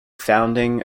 founding